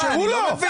תאפשרו לו.